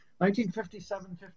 1957